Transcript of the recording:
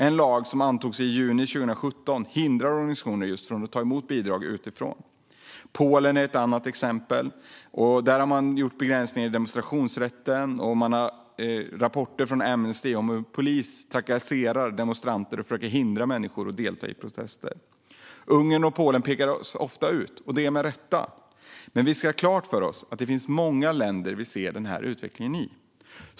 En lag som antogs i juni 2017 hindrar organisationer från att ta emot bidrag utifrån. Polen är ett annat exempel. Där har man infört begränsningar i demonstrationsrätten, och rapporter från Amnesty talar om hur polis trakasserar demonstranter och försöker hindra människor att delta i protester. Ungern och Polen pekas ofta ut, och det med rätta, men vi ska ha klart för oss att vi kan se denna utveckling i många länder.